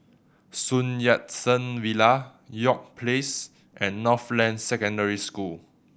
Sun Yat Sen Villa York Place and Northland Secondary School